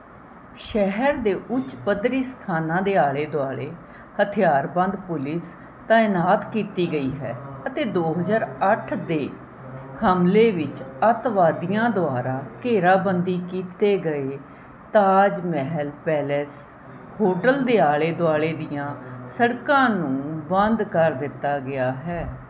ਸ਼ਹਿਰ ਦੇ ਉੱਚ ਪੱਧਰੀ ਸਥਾਨਾਂ ਦੇ ਆਲ਼ੇ ਦੁਆਲ਼ੇ ਹਥਿਆਰਬੰਦ ਪੁਲਿਸ ਤਾਇਨਾਤ ਕੀਤੀ ਗਈ ਹੈ ਅਤੇ ਦੋ ਹਜ਼ਾਰ ਅੱਠ ਦੇ ਹਮਲੇ ਵਿੱਚ ਅੱਤਵਾਦੀਆਂ ਦੁਆਰਾ ਘੇਰਾਬੰਦੀ ਕੀਤੇ ਗਏ ਤਾਜ ਮਹਿਲ ਪੈਲੇਸ ਹੋਟਲ ਦੇ ਆਲ਼ੇ ਦੁਆਲ਼ੇ ਦੀਆਂ ਸੜਕਾਂ ਨੂੰ ਬੰਦ ਕਰ ਦਿੱਤਾ ਗਿਆ ਹੈ